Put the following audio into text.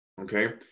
okay